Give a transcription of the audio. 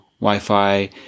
Wi-Fi